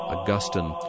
Augustine